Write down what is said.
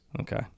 okay